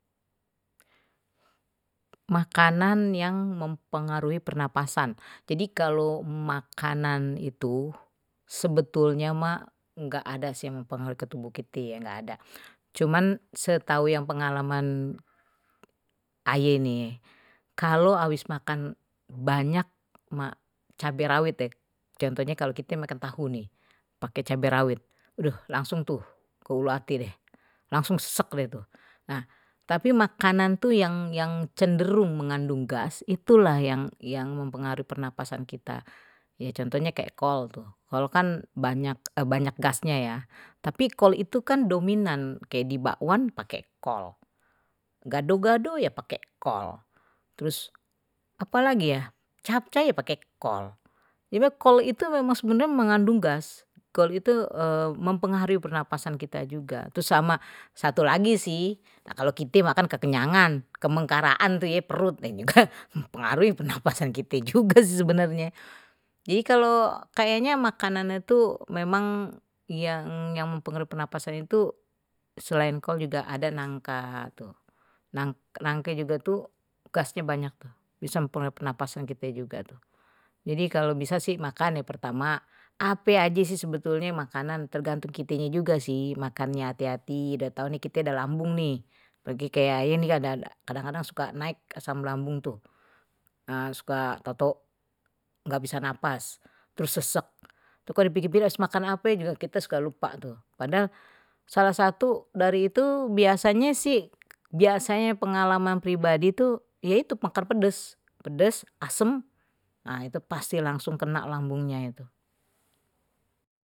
Makanan yang mempengaruhi pernapasan jadi kalau makanan itu, sebetulnya mah nggak ada mempengaruhi ke tubuh kite ye enggak ada cuman setahu yang pengalaman aye ini kalau habis makan banyak cabe rawit deh contohnya kalau kita makan tahu nih pakai cabe rawit aduh langsung sesek deh tuh, tapi makanan tuh yang yang cenderung mengandung gas itulah yang yang mempengaruhi pernafasan kita, contohnya kayak kol tuh, kol kan banyak gasnya, tapi kol itu kan dominan kayak di bakwan pakai kol, gado-gado ya pakai kol terus apa lagi ya capcay pakai kol. kol itu memang sebenarnya mengandung gas kalau itu mempengaruhi pernapasan kita juga terus sama satu lagi sih kalau kite makan kekenyangan kemengkaraan itu perut memang yang yang mempengaruhi pernapasan kite juga sih sebenarnye, jadi kalau kayaknya makanan itu memang yang mempengaruhi pernafasan itu selain kol, juga ada nangka. nangke juga tuh gasnye banyak bisa mempengaruhi pernafasan kite juga tuh, jadi kalo bisa makan yang pertama ape aja sih sebetulnya makanan tergantung kitenye juga sih, makannya hati-hati udah tahu nih kita ada lambung nih lagi kayak aye ini ada kadang-kadang suka naik asam lambung tuh suka tau tau nggak bisa napas terus sesek, tu kalo dipikir pikir habis makan ape kita suka lupa tuh, padahal salah satu dari itu biasanya sih biasanya pengalaman pribadi tuh ya itu makan pedes pedes asem nah itu pasti langsung kena lambungnya tuh.